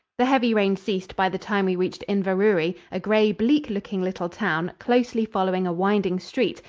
the heavy rain ceased by the time we reached inverurie, a gray, bleak-looking little town, closely following a winding street,